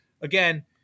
again